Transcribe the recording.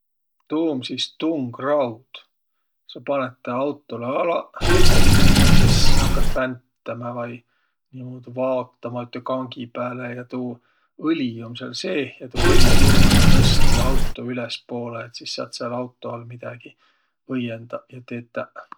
Tuu um sis tungraud. Sa panõt taa autolõ alaq ja sis nakkat väntämä vai niimuudu vaotama üte kangi pääle. Ja tuu õli um sääl seeh ja tuu õlisurvõga nõstki auto ülespoolõ. Et sis saat sääl auto all midägi õiõndaq vai tetäq.